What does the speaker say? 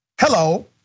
Hello